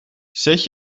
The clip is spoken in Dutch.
zet